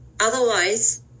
otherwise